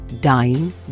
dying